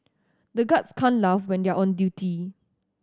the guards can't laugh when they are on duty